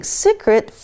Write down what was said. secret